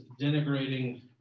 denigrating